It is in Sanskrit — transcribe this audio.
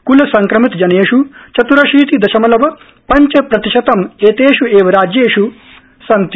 क्लसंक्रमितजनेष् चत्रशीति दशमलव पंचप्रतिशतं एतेष् एव राज्येष् सन्ति